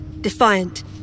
defiant